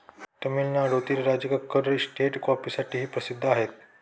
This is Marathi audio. तामिळनाडूतील राजकक्कड इस्टेट कॉफीसाठीही प्रसिद्ध आहे